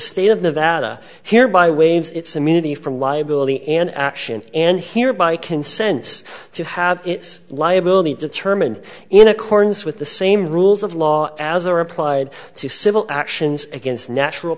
state of nevada hereby waves its immunity from liability and action and hereby consents to have its liability determined in accordance with the same rules of law as are applied to civil actions against natural